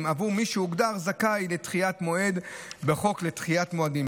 עבור מי שהוגדר זכאי לדחיית מועד בחוק לדחיית מועדים,